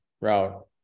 route